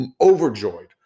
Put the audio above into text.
overjoyed